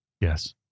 Yes